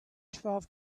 twelve